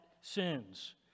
sins